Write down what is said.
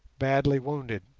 badly wounded.